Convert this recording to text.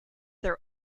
their